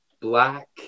Black